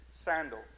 sandal